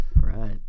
right